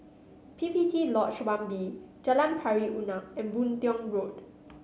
P P T Lodge One B Jalan Pari Unak and Boon Tiong Road